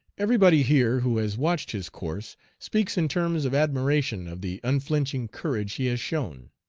everybody here who has watched his course speaks in terms of admiration of the unflinching courage he has shown.